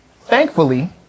Thankfully